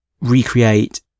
recreate